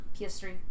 PS3